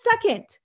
second